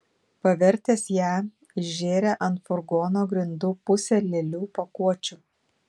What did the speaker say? pavertęs ją išžėrė ant furgono grindų pusę lėlių pakuočių